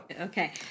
Okay